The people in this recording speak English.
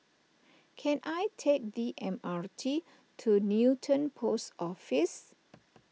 can I take the M R T to Newton Post Office